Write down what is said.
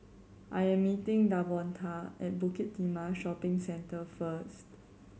I am meeting Davonta at Bukit Timah Shopping Centre first